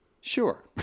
Sure